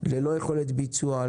ללא יכולת ביצוע,